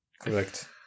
Correct